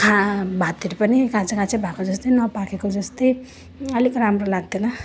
खा भातहरू पनि काँचै काँचै भएको जस्तै नपाकेको जस्तै अलिक राम्रो लाग्दैन